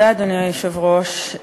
אדוני היושב-ראש,